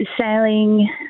sailing